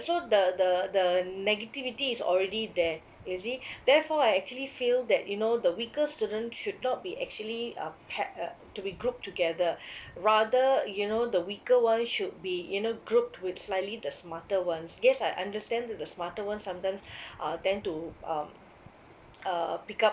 so the the the negativity is already there you see therefore I actually feel that you know the weaker student should not be actually uh pack uh to be grouped together rather you know the weaker one should be you know grouped with slightly the smarter ones yes I understand that the smarter one sometimes uh tend to um uh pick up